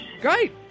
Great